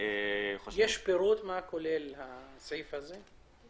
יש פירוט מה כולל הסעיף הזה?